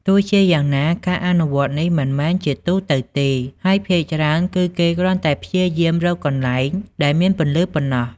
ទោះជាយ៉ាងណា ការអនុវត្តនេះមិនមែនជាទូទៅទេ ហើយភាគច្រើនគឺគេគ្រាន់តែព្យាយាមរកកន្លែងដែលមានពន្លឺប៉ុណ្ណោះ ។